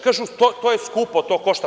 Kažu, to je skupo, to košta.